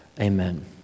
amen